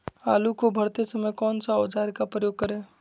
आलू को भरते समय कौन सा औजार का प्रयोग करें?